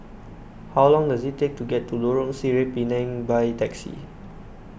how long does it take to get to Lorong Sireh Pinang by taxi